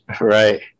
Right